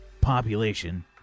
population